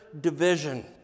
division